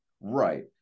Right